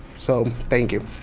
so, thank you.